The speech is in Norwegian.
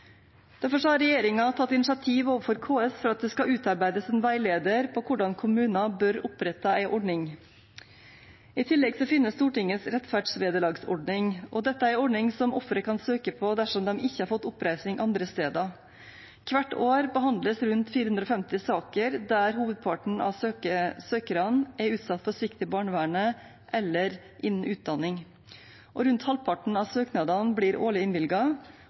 Derfor har regjeringen tatt initiativ overfor KS for at det skal utarbeides en veileder for hvordan kommuner bør opprette en ordning. I tillegg finnes Stortingets rettferdsvederlagsordning. Dette er en ordning som offeret kan søke på dersom de ikke har fått oppreisning andre steder. Hvert år behandles rundt 450 saker, der hovedparten av søkerne er utsatt for svikt i barnevernet eller innen utdanning. Rundt halvparten av søknadene blir årlig